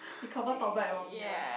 he confirm talk bad about me one